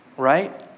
Right